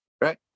Right